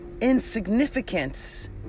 insignificance